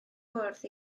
bwrdd